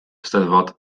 eisteddfod